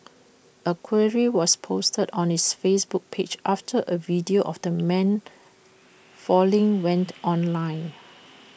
A query was posted on its Facebook page after A video of the man falling went online